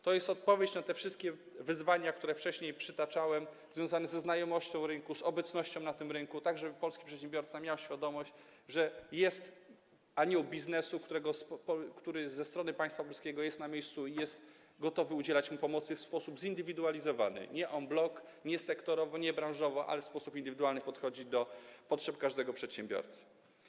To jest odpowiedź na te wszystkie wyzwania, które wcześniej przytaczałem, związane ze znajomością rynku, z obecnością na tym rynku, tak żeby polski przedsiębiorca miał świadomość, że jest anioł biznesu, który ze strony państwa polskiego jest na miejscu i jest gotowy udzielać mu pomocy w sposób zindywidualizowany, nie en bloc, nie sektorowo, nie branżowo, ale w sposób indywidualny podchodzi do potrzeb każdego przedsiębiorcy.